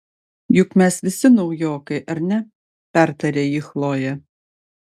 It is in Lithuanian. juk mes visi naujokai ar ne pertarė jį chlojė